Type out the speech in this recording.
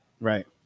right